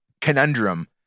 conundrum